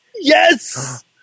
Yes